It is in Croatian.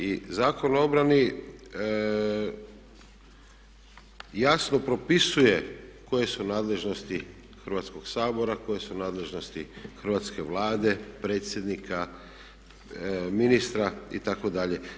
I Zakon o obrani jasno propisuje koje su nadležnosti Hrvatskog sabora, koje su nadležnosti Hrvatske vlade, predsjednika, ministra itd.